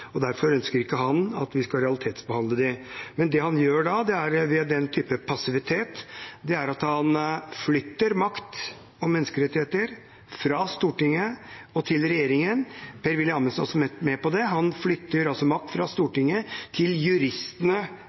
han da gjør ved den type passivitet, er at han flytter makt om menneskerettigheter fra Stortinget og til regjeringen. Per-Willy Amundsen er også med på det. Han flytter altså makt fra Stortinget til juristene